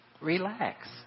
Relax